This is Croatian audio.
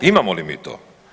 Imamo li mi to?